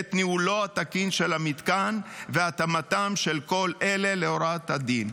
את ניהולו התקין של המתקן ואת התאמתם של כל אלה להוראות הדין.